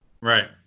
Right